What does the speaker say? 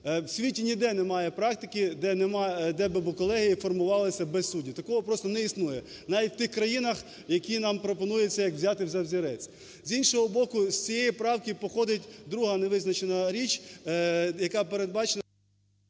У світі ніде немає практики, де нема… де би колегія формувалася без суддів. Такого просто не існує, навіть у тих країнах, які нам пропонується взяти за взірець. З іншого боку, з цієї правки походить друга не визначена річ, яка передбачена…